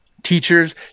Teachers